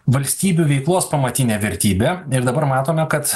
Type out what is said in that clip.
valstybių veiklos pamatinė vertybė ir dabar matome kad